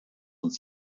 uns